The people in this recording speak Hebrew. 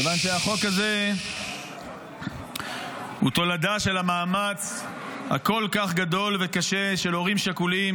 כיוון שהחוק הזה הוא תולדה של המאמץ הכל-כך גדול וקשה של הורים שכולים,